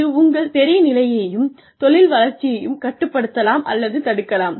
இது உங்கள் தெரிநிலையையும் தொழில் வளர்ச்சியையும் கட்டுப்படுத்தலாம் அல்லது தடுக்கலாம்